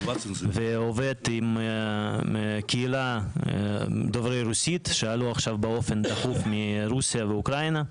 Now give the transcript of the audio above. ועובד עם קהילה דוברי רוסית שעלו עכשיו באופן דחוף מרוסיה ואוקראינה.